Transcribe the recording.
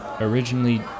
originally